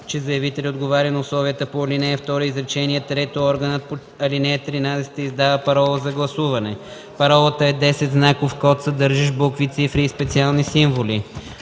че заявителят отговаря на условията по ал. 2, изречение трето, органът по ал. 13 издава парола за гласуване. Паролата е 10-знаков код, съдържащ букви, цифри и специални символи.